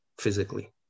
physically